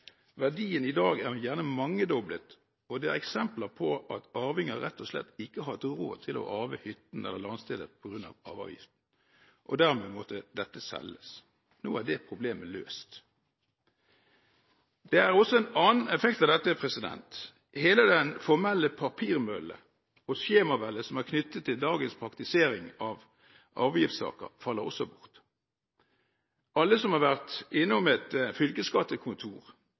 Verdien i dag er gjerne mangedoblet, og det er eksempler på at arvinger rett og slett ikke har hatt råd til å arve hytta eller landstedet på grunn av arveavgiften, og dermed måtte dette selges. Nå er det problemet løst. Det er også en annen effekt av dette: Hele den formelle papirmøllen og skjemaveldet som er knyttet til dagens praktisering av arveavgiftssaker, faller også bort. Alle som har vært innom et fylkesskattekontor